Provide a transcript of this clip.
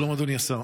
שלום, אדוני השר.